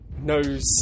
knows